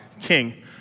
King